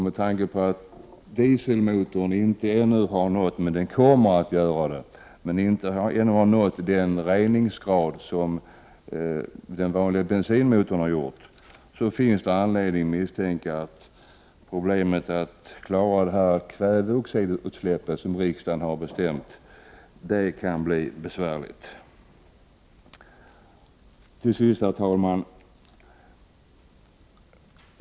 Med tanke på att man när det gäller dieselmotorn ännu inte, även om man kommer att göra det, nått samma reningsgrad som i fråga om den vanliga bensinmotorn, finns det anledning att misstänka att det kommer att bli besvärligt att klara de krav vad gäller kväveutsläppen som riksdagen har bestämt. Till sist, herr talman!